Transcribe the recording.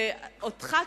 אותך,